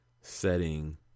setting